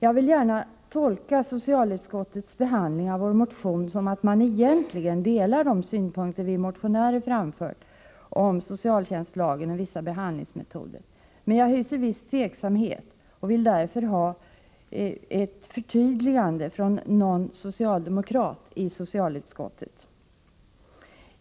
Jag vill gärna tolka socialutskottets behandling av vår motion så, att utskottet egentligen delar de synpunkter vi motionärer har framfört om socialtjänstlagen och vissa behandlingsmetoder, men jag hyser visst tvivel och vill därför få ett förtydligande från någon socialdemokrat i socialutskottet.